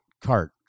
cart